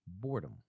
boredom